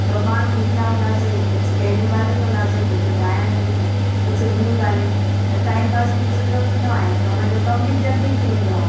ॿ माण्हू ॿीठा हूंदासीं कुझु कहिड़ियूं ॻाल्हियूं कंदासीं कुझु ठाहियण जूं कुझु ॿियूं ॻाल्हियूं त टाइम पास बि सुठो थींदो ऐं कमु जो कमु बि जल्दी थी वेंदो आहे